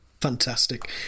Fantastic